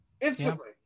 Instantly